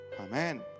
Amen